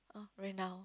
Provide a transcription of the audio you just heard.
renowned